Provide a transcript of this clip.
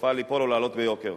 סופה ליפול או לעלות ביוקר.